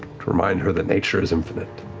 to remind her that nature is infinite.